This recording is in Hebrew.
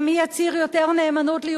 זו ממש עיר לא מאוחדת,